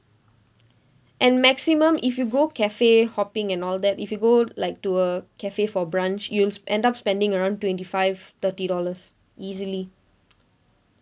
and maximum if you go cafe hopping and all that if you go like to a cafe for brunch you'll end up spending around twenty five thirty dollars easily